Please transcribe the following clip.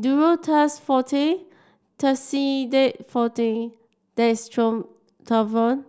Duro Tuss Forte Tussidex Forte Dextromethorphan